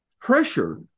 pressure